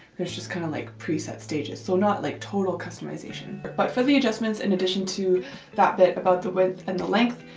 there's just kind of like preset stages so not like total customization but for the adjustments in addition to that bit about the width and the length,